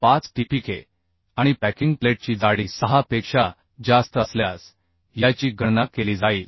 0125 Tpk आणि packing प्लेटची जाडी 6 पेक्षा जास्त असल्यास याची गणना केली जाईल